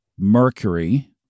Mercury